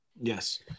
Yes